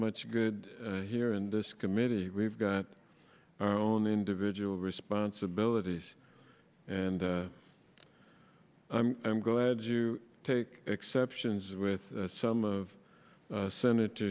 much good here in this committee we've got our own individual responsibilities and i'm i'm glad you take exceptions with some of senator